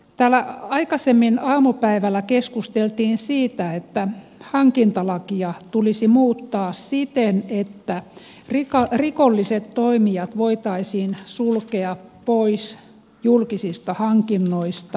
täällä aikaisemmin aamupäivällä keskusteltiin siitä että hankintalakia tulisi muuttaa siten että rikolliset toimijat voitaisiin sulkea pois julkisista hankinnoista